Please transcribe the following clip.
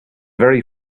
very